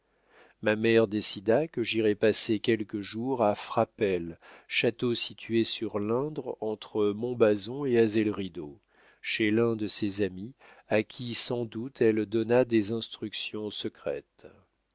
ma mère décida que j'irais passer quelques jours à frapesle château situé sur l'indre entre montbazon et azay le rideau chez l'un de ses amis à qui sans doute elle donna des instructions secrètes